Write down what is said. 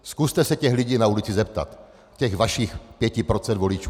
Zkuste se těch lidí na ulici zeptat, těch vašich pěti procent voličů.